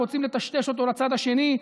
רוצים לטשטש אותו לצד השני,